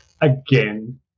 again